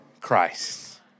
Christ